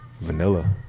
Vanilla